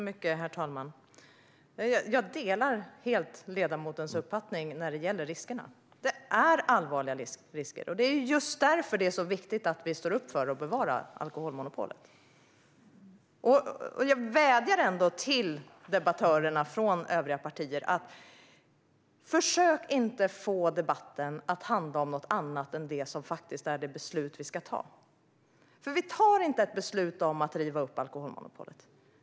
Herr talman! Jag delar helt ledamotens uppfattning om riskerna. Det är allvarliga risker, och just därför är det så viktigt att vi står upp för att bevara alkoholmonopolet. Jag vädjar ändå till debattörerna från övriga partierna: Försök inte att få debatten att handla om något annat än det beslut som vi faktiskt ska ta! Vi tar inte ett beslut om att riva upp alkoholmonopolet.